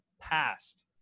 past